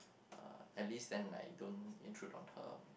uh at least then like don't intrude on her